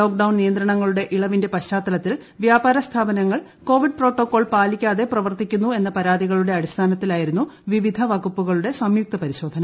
lock down നിയന്ത്രണങ്ങളുടെ ഇളവിന്റെ പശ്ചാത്തലത്തിൽ വ്യാപരസ്ഥാപനങ്ങൾ കോവിഡ് പ്രോട്ടോകോൾ പാലിക്കാതെ പ്രവർത്തിക്കുന്നുവെന്ന പരാതികളുടെ അടിസ്ഥാനത്തിലായിരുന്നു പിവിധ വകുപ്പുകളുടെ സംയുക്ത പരിശോധന